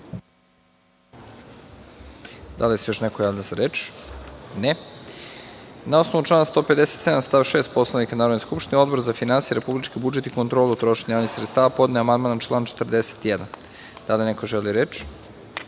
Da li se još neko javlja za reč? (Ne)Na osnovu člana 156. stav 6. Poslovnika Narodne skupštine, Odbor za finansije, republički budžet i kontrolu trošenja javnih sredstava podneo je amandman na član 41.Da li neko želi za reč?